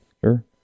Sure